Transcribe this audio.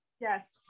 yes